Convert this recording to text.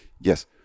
yes